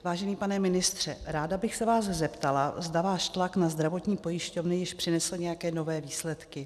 Vážený pane ministře, ráda bych se vás zeptala, zda váš tlak na zdravotní pojišťovny již přinesl nějaké nové výsledky.